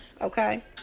Okay